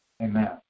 Amen